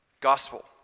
Gospel